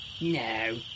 No